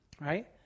right